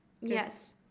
yes